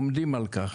עומדים על כך.